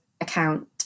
account